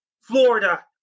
Florida